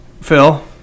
phil